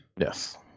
Yes